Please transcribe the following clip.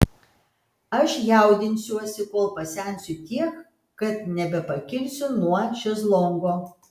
aš jaudinsiuosi kol pasensiu tiek kad nebepakilsiu nuo šezlongo